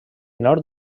nord